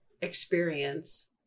experience